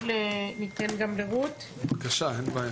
נתנו קדימות לצירופן של רשויות מהחברה